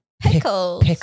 Pickles